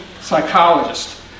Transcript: psychologist